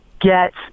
get